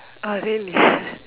ah really